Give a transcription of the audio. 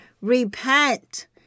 repent